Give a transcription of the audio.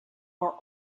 are